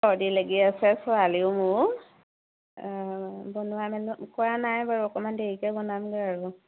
চৰ্দী লাগি আছে ছোৱালীও মোৰো বনোৱা মেলা কৰা নাই বাৰু অকণমান দেৰিকৈ বনামগৈ আৰু